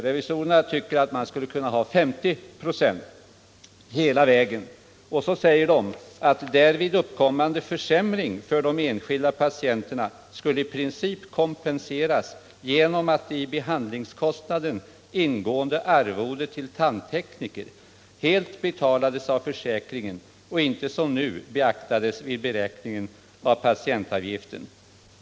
Revisorerna tycker att det kunde vara en ersättning med 50 9 hela vägen, och de säger att därvid uppkommande försämring för de enskilda patienterna i princip skulle kompenseras genom att i behandlingskostnaden ingående arvode till tandtekniker helt betalades av försäkringen och inte som nu beaktades vid beräkningen av patientavgiften.